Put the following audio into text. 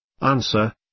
Answer